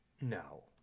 no